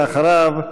אחריו,